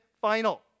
final